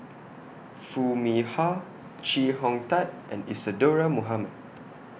Foo Mee Har Chee Hong Tat and Isadhora Mohamed